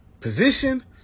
position